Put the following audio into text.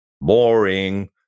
Boring